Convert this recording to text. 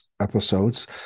episodes